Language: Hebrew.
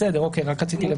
בסדר, אוקיי, רק רציתי לוודא.